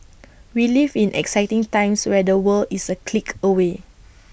we live in exciting times where the world is A click away